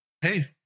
Hey